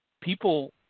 people